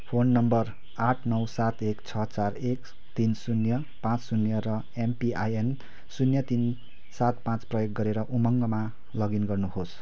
phone number आठ नौ सात एक छ चार एक तिन शून्य पाँच शून्य र एमपिआइएन शून्य तिन सात पाँच प्रयोग गरेर उमङ्गमा लगइन गर्नुहोस्